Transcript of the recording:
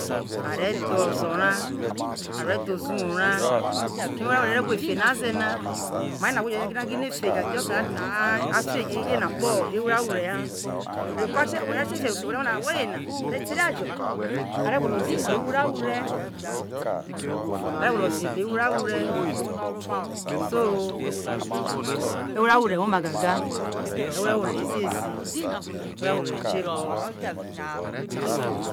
Are dho ozo ra are dho ozo uwo ra keme ewuro wure re gwa efe na ze na ke awho na gine fe just like that na afe gheghe kpo ewure awure ha we te fi ero fiho wo re rue no ahwo yena ote to oria jo are gwolo zi ye kpo ewurawure are igwolo zi ye kpo awurawure so ewure awure woma gaga ewurawure ro ziezi ewurawure kieho